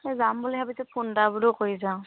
এই যাম বুলি ভাবিছোঁ ফোন এটা বোলো কৰি চাওঁ